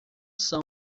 são